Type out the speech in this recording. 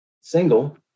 single